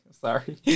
Sorry